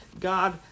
God